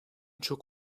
çok